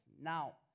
Now